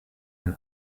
ein